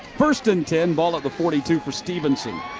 first and ten, ball at the forty two for stephenson.